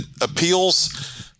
appeals